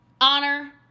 honor